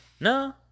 No